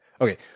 Okay